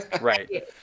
Right